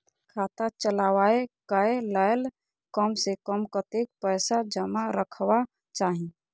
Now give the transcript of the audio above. खाता चलावै कै लैल कम से कम कतेक पैसा जमा रखवा चाहि